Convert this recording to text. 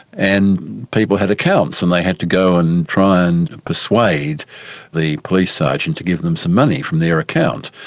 and people had accounts, and they had to go and try and persuade the police sergeant to give them some money from their account.